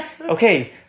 Okay